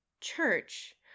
church